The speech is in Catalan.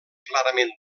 clarament